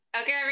Okay